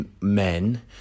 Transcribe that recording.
men